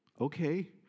okay